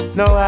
no